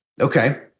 Okay